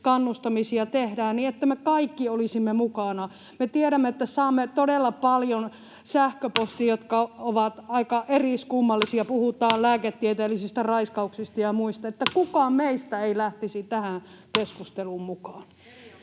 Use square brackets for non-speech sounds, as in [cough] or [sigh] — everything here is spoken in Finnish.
kannustamisia tehdään, että me kaikki olisimme mukana, ja kun me tiedämme, että saamme todella paljon sähköposteja, [noise] jotka ovat aika eriskummallisia, puhutaan lääketieteellisistä raiskauksista ja muista, että kukaan meistä ei lähtisi tähän keskusteluun mukaan.